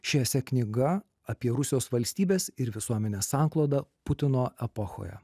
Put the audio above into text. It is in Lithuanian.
ši esė knyga apie rusijos valstybės ir visuomenės sanklodą putino epochoje